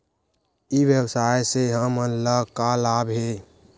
ई व्यवसाय से हमन ला का लाभ हे?